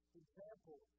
example